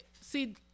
see